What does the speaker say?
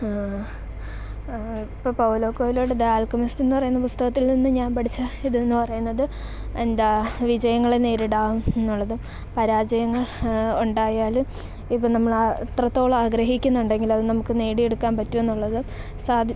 ഇപ്പോൾ പൗലോ കൊയ്ലോയുടെ the alchemist എന്നു പറയുന്ന പുസ്തകത്തിൽ നിന്നു ഞാൻ പഠിച്ച ഇതെന്നു പറയുന്നത് എന്താ വിജയങ്ങളെ നേരിടാന്നുള്ളതും പരാജയങ്ങൾ ഉണ്ടായാൽ ഇപ്പം നമ്മളാ എത്രത്തോളം ആഗ്രഹിക്കുന്നുണ്ടെങ്കിലത് നമുക്ക് നേടിയെടുക്കാൻ പറ്റുമെന്നുള്ളത് സാധി